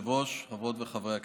כבוד היושב-ראש, חברות וחברי הכנסת,